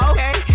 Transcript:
Okay